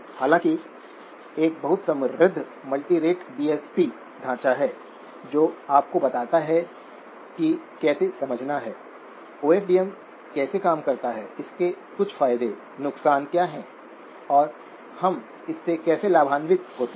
हालांकि एक बहुत समृद्ध मल्टीरेट डीएसपी ढांचा है जो आपको बताता है कि कैसे समझना है ओ एफ डी एम कैसे काम करता है इसके कुछ फायदे नुकसान क्या हैं और हम इससे कैसे लाभान्वित होते हैं